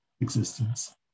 existence